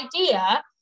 idea